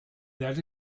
that